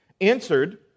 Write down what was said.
answered